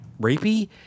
rapey